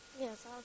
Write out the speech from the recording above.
Yes